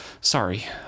Sorry